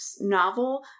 novel